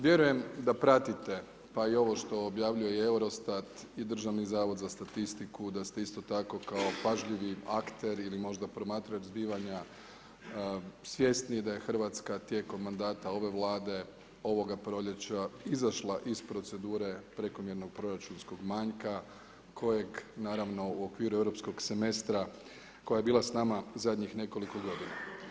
Vjerujem da pratite pa i ovo što objavljuje i EUROSTAT i Državni zavod za statistiku da ste isto tako kao pažljivi akter ili možda promatrač zbivanja svjesni da je Hrvatska tijekom mandata ove Vlade ovoga proljeća izašla iz procedure prekomjernog proračunskog manjka kojeg naravno u okviru europskog semestra koja je bila s nama zadnjih nekoliko godina.